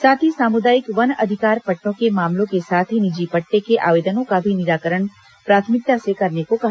साथ ही सामुदायिक वन अधिकार पट्टों के मामलों के साथ ही निजी पट्टे के आवेदनों का भी निराकरण प्राथमिकता से करने को कहा